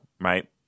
right